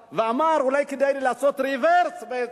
ואמר: אולי כדאי לי לעשות רוורס, בעצם,